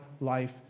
life